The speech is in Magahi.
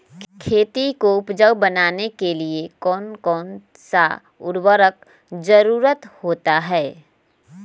खेती को उपजाऊ बनाने के लिए कौन कौन सा उर्वरक जरुरत होता हैं?